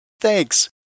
Thanks